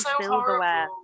silverware